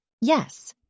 Yes